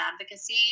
advocacy